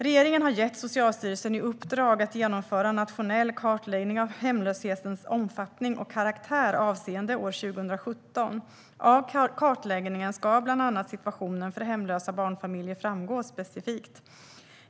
Regeringen har gett Socialstyrelsen i uppdrag att genomföra en nationell kartläggning av hemlöshetens omfattning och karaktär avseende år 2017. Av kartläggningen ska bland annat situationen för hemlösa barnfamiljer framgå specifikt.